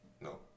No